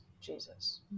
Jesus